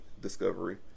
Discovery